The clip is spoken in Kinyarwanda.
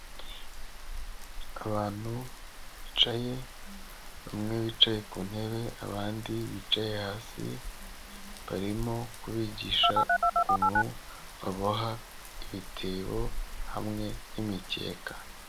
Abantu bicaye, bamwe bicaye ku ntebe, abandi bicaye hasi, barimo kubigisha ukuntu baboha ibitebo hamwe n'imikeka.